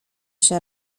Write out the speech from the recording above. się